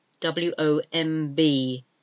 W-O-M-B